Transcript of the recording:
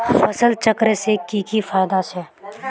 फसल चक्र से की की फायदा छे?